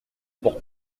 pour